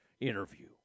interview